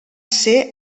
ser